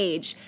Age